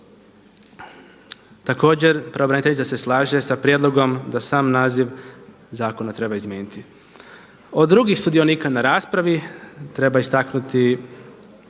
Također pravobraniteljica se slaže sa prijedlogom da sam naziv zakona treba izmijeniti. Od drugih sudionika na raspravi treba istaknuti,